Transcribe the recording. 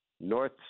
north